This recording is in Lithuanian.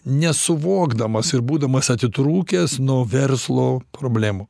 nesuvokdamas ir būdamas atitrūkęs nuo verslo problemų